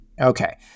Okay